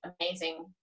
amazing